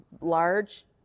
large